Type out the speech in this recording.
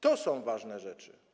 To są ważne rzeczy.